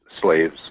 slaves